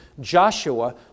Joshua